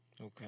Okay